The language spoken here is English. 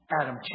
Adam